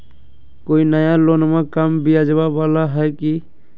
कोइ नया लोनमा कम ब्याजवा वाला हय की?